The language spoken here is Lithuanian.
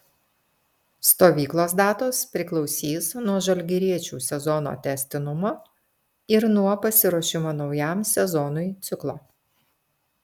stovyklos datos priklausys nuo žalgiriečių sezono tęstinumo ir nuo pasiruošimo naujam sezonui ciklo